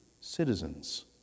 citizens